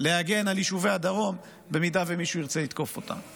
להגן על יישובי הדרום במידה שמישהו ירצה לתקוף אותם.